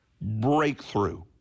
breakthrough